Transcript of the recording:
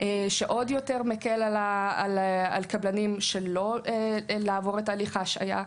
שעוד יותר מקל על קבלנים שלא לעבור את תהליך ההשעיה.